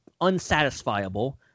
unsatisfiable